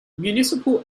municipal